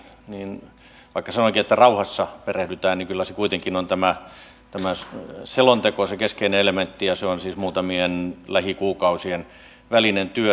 vaikka sanoinkin että rauhassa perehdytään niin kyllä se kuitenkin on tämä selonteko se keskeinen elementti ja se on siis muutamien lähikuukausien työ